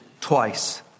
twice